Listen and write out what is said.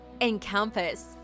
encompass